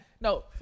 No